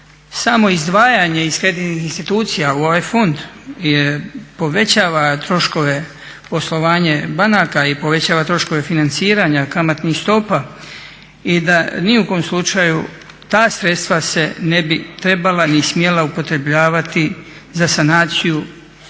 samo izdvajanje iz kreditnih institucija u ovaj fond povećava troškove poslovanja banaka i povećava troškove financiranja kamatnih stopa i da ni u kojem slučaju ta sredstva se ne bi trebala ni smjela upotrebljavati za sanaciju